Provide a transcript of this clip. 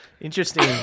interesting